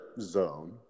zone